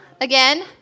again